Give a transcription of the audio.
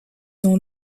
dans